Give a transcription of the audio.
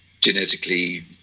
genetically